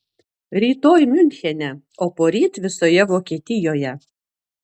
rytoj miunchene o poryt visoje vokietijoje